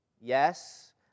Yes